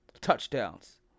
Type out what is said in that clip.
touchdowns